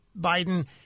Biden